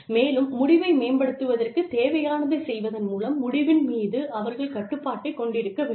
மேலும் முடிவை மேம்படுத்துவதற்குத் தேவையானதைச் செய்வதன் மூலம் முடிவின் மீது அவர்கள் கட்டுப்பாட்டைக் கொண்டிருக்க வேண்டும்